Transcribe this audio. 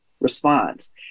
response